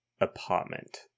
apartment